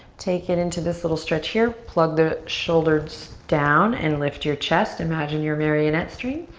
take it into this little stretch here. plug the shoulders down and lift your chest. imagine you're a marionette string.